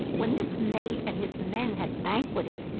when this mate and his men had banqueted,